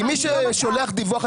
כי מי ששולח דיווח,